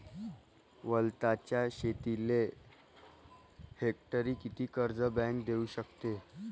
वलताच्या शेतीले हेक्टरी किती कर्ज बँक देऊ शकते?